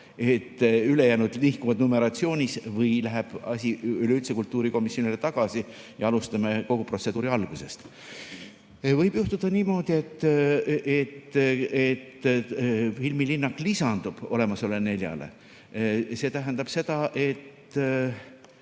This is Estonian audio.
et ülejäänud nihkuvad numeratsioonis või läheb asi üleüldse kultuurikomisjonile tagasi ja alustame kogu protseduuri algusest. Võib juhtuda niimoodi, et filmilinnak lisandub olemasolevale neljale. See tähendab seda, et